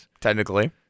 technically